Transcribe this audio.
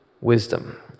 wisdom